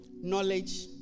knowledge